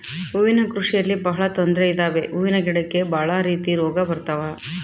ಹೂವಿನ ಕೃಷಿಯಲ್ಲಿ ಬಹಳ ತೊಂದ್ರೆ ಇದಾವೆ ಹೂವಿನ ಗಿಡಕ್ಕೆ ಭಾಳ ರೀತಿ ರೋಗ ಬರತವ